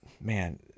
Man